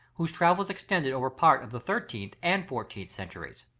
whose travels extended over part of the thirteenth and fourteenth centuries.